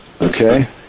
Okay